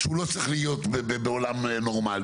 שהוא לא צריך להיות בעולם נורמלי,